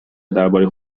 درباره